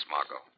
Margo